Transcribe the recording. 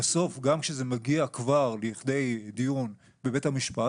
בסוף גם כשזה מגיע כבר לכדי דיון בבית המשפט,